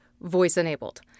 voice-enabled